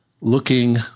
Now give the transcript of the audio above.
looking